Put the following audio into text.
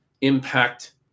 impact